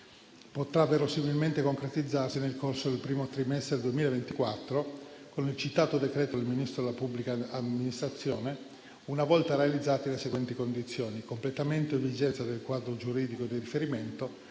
potrà verosimilmente concretizzarsi nel corso del primo trimestre del 2024, con il citato decreto del Ministro della pubblica amministrazione, una volta realizzate le seguenti condizioni: completamento e vigenza del quadro giuridico di riferimento,